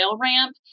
ramp